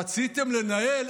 רציתם לנהל,